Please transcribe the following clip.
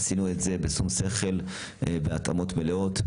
עשינו את זה בשום שכל, בהתאמות מלאות,